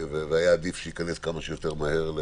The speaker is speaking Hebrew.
והיה עדיף שייכנס כמה שיותר מהר.